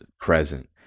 present